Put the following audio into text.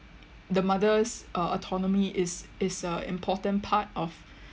the mother's uh autonomy is is a important part of